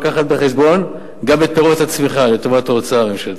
מביאה בחשבון גם את פירות הצמיחה לטובת ההוצאה הממשלתית.